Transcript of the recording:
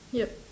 yup